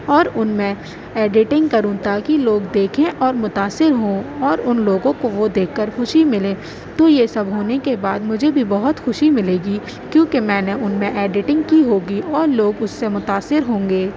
اور ان میں ایڈیٹنگ کروں تاکہ لوگ دیکھیں اور متأثر ہوں اور ان لوگوں کو وہ دیکھ کر خوشی ملے تو یہ سب ہونے کے بعد مجھے بھی بہت خوشی ملے گی کیوں کہ میں نے ان میں ایڈیٹنگ کی ہوگی اور لوگ اس سے متأثر ہوں گے